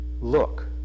look